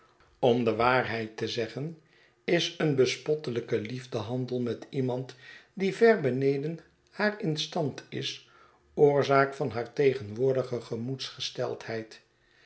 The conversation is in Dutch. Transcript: om de waarheid te zeggen is een bespottelijke liefdehandel met iemand die ver beneden haar in stand is oorzaak van haar tegenwoordige gemoedsgesteldheid